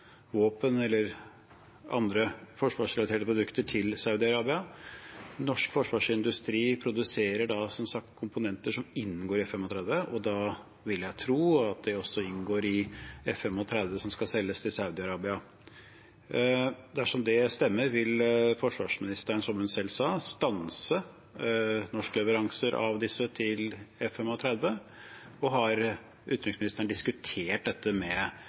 våpen eller andre forsvarsrelaterte produkter til Saudi-Arabia. Norsk forsvarsindustri produserer som sagt komponenter som inngår i F-35, og da vil jeg tro at det også inngår i de F-35 som skal selges til Saudi-Arabia. Dersom det stemmer, vil da utenriksministeren, som hun selv sa, stanse disse norske leveransene til F-35, og har utenriksministeren diskutert dette med